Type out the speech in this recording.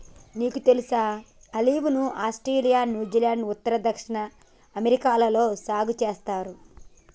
నీకు తెలుసా ఆలివ్ ను ఆస్ట్రేలియా, న్యూజిలాండ్, ఉత్తర, దక్షిణ అమెరికాలలో సాగు సేస్తారు